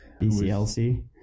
BCLC